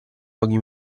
pochi